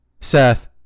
Seth